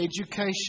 education